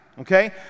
okay